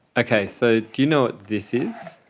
okay, so do you know what this is?